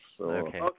Okay